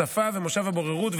שפה ומושב הבוררות,